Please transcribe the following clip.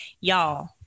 y'all